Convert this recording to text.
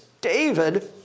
David